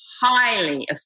highly